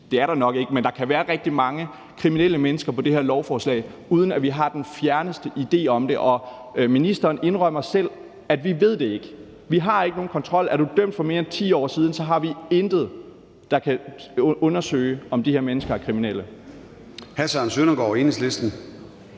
det er der nok ikke, men der kan være rigtig mange – kriminelle mennesker på det her lovforslag, uden at vi har den fjerneste idé om det. Ministeren indrømmer selv, at vi ikke ved det. Vi har ikke nogen kontrol. Er de dømt for mere end 10 år siden, har vi ingen mulighed for at undersøge, om de her mennesker er kriminelle. Kl. 09:12 Formanden